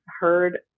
heard